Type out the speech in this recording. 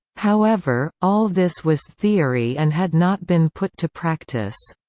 however, all this was theory and had not been put to practice.